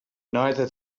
neither